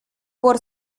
por